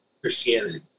Christianity